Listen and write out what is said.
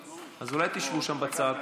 אז אולי תשבו שם בצד,